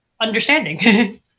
understanding